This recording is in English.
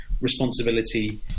responsibility